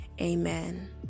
Amen